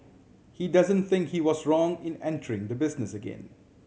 he doesn't think he was wrong in entering the business again